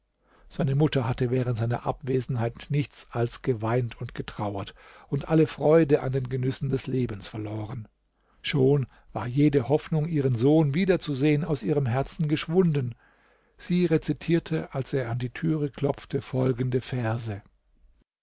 seine mutter hatte während seiner abwesenheit nichts als geweint und getrauert und alle freude an den genüssen des lebens verloren schon war jede hoffnung ihren sohn wieder zu sehen aus ihrem herzen geschwunden sie rezitierte als er an die türe klopfte folgende verse